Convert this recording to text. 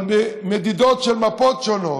אבל במדידות של מפות שונות,